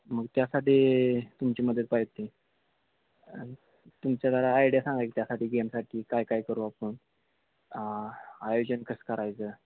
मग त्यासाठी तुमची मदत पाहिजे होती आणि तुमच्या जरा आयडिया सांगा की त्यासाठी गेमसाठी काय काय करू आपण आयोजन कसं करायचं